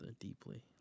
deeply